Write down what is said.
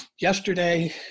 yesterday